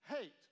hate